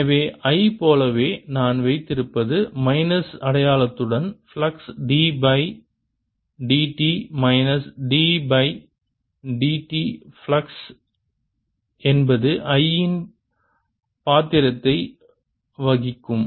எனவே I போலவே நான் வைத்திருப்பது மைனஸ் அடையாளத்துடன் flux by dt minus d by dt flux என்பது I இன் பாத்திரத்தை வகிக்கும்